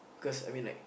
cause I mean like